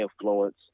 influence